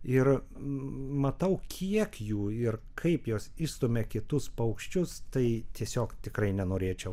ir matau kiek jų ir kaip jos išstumia kitus paukščius tai tiesiog tikrai nenorėčiau